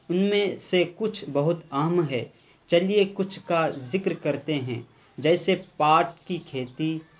ان میں سے کچھ بہت اہم ہے چلیے کچھ کا ذکر کرتے ہیں جیسے پات کی کھیتی